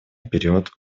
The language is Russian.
вперед